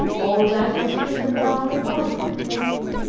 all that was written down without a complaint